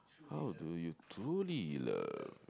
how do you truly love